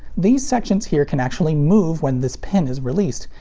these sections here can actually move when this pin is released,